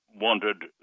wanted